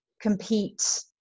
compete